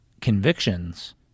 convictions